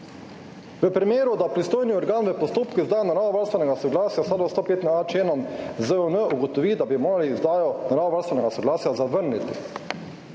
zakone, če pristojni organ v postopku izdaje naravovarstvenega soglasja v skladu s 105.a členom ZON ugotovi, da bi morali izdajo naravovarstvenega soglasja zavrniti,